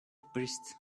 depressed